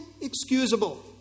inexcusable